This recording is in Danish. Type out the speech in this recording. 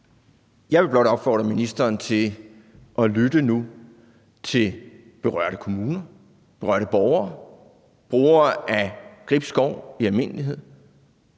Jeg vil blot opfordre ministeren til at lytte nu til berørte kommuner, berørte borgere og brugere af Gribskov i almindelighed